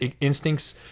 instincts